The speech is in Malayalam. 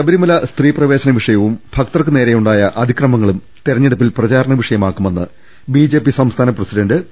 ശബരിമല സ്ത്രീ പ്രവേശന വിഷയവും ഭക്തർക്ക് നേരെയു ണ്ടായ അതിക്രമങ്ങളും തെരഞ്ഞെടുപ്പിൽ പ്രചാരണ വിഷയമാ ക്കുമെന്ന് ബിജെപി സംസ്ഥാന പ്രസിഡന്റ് പി